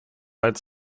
als